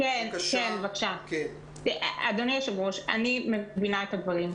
אדוני היושב ראש, אני מבינה את הדברים.